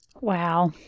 wow